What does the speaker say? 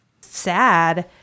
sad